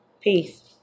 Peace